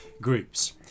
groups